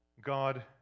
God